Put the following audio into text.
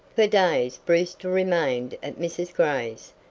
for days brewster remained at mrs. gray's,